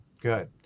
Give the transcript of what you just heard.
good